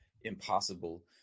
impossible